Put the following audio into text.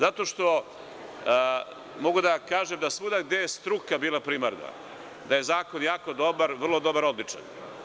Zato što mogu da kažem da svuda gde je struka bila primarna, da je zakon jako dobar, vrlo dobar, odličan.